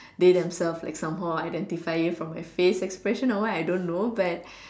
they themselves like somehow identify it from my face expression or what I don't know but